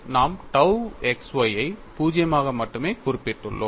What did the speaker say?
நாம் tau x y ஐ 0 ஆக மட்டுமே குறிப்பிட்டுள்ளோம்